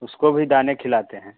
उसको भी दाने खिलाते हैं